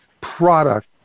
product